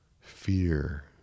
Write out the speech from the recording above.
Fear